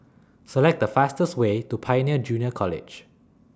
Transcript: Select The fastest Way to Pioneer Junior College